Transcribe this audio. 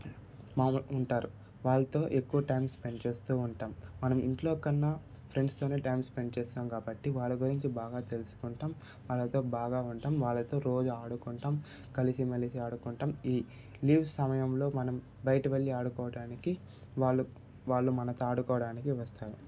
మామూలు ఉంటారు వాళ్లతో ఎక్కువ టైమ్ స్పెండ్ చేస్తూ ఉంటాం మనం ఇంట్లో కన్నా ఫ్రెండ్స్తోనే టైం స్పెండ్ చేస్తాం కాబట్టి వాళ్ల గురించి బాగా తెలుసుకుంటాం వాళ్ళతో బాగా ఉంటాం వాళ్ళతో రోజు ఆడుకుంటాం కలిసిమెలిసి ఆడుకుంటాం ఈ లీవ్స్ సమయంలో మనం బయట వెళ్లి ఆడుకోవడానికి వాళ్ళు వాళ్ళు మనతో ఆడుకోవడానికి వస్తాను